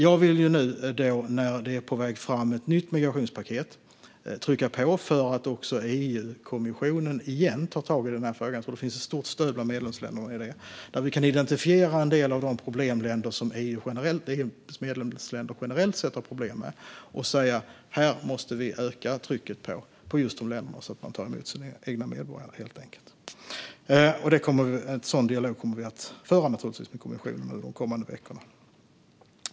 När ett nytt migrationspaket nu är på väg fram vill jag trycka på för att EU-kommissionen återigen ska ta tag i den här frågan, för det finns ett stort stöd bland medlemsländerna i detta. Vi kan identifiera en del av de länder som EU:s medlemsländer generellt sett har problem med och säga att vi måste öka trycket på just de länderna så att de tar emot sina egna medborgare, till exempel. En sådan dialog kommer vi naturligtvis att föra med kommissionen under de kommande veckorna.